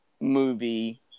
movie